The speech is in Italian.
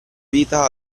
vita